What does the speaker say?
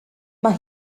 mae